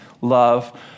love